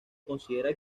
considera